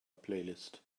playlist